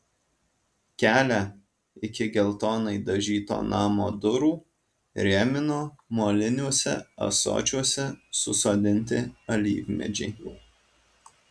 kelią iki geltonai dažyto namo durų rėmino moliniuose ąsočiuose susodinti alyvmedžiai